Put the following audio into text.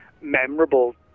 memorable